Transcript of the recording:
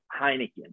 Heineken